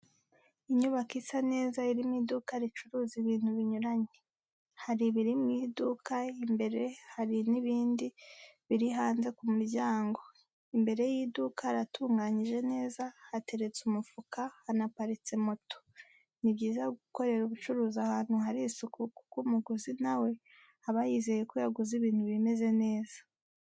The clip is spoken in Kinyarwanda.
Inyubako isa neza irimo iduka ricuruza ibintu binyuranye, hari ibiri mu iduka, imbere hari n'ibindi biri hanze ku muryango, imbere y'iduka haratunganyije neza hateretse umufuka, hanaparitse moto. Ni byiza gukorera ubucuruzi ahantu hari isuku kuko umuguzi nawe aba yizeye ko yaguze ibintu bimeze neza.